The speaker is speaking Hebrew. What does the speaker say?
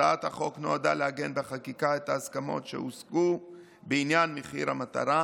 הצעת החוק נועדה לעגן בחקיקה את ההסכמות שהושגו בעניין מחיר המטרה,